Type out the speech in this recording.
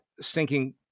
stinking